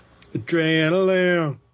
Adrenaline